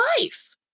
life